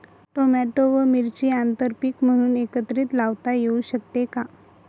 Tomato व मिरची आंतरपीक म्हणून एकत्रित लावता येऊ शकते का?